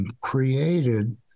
created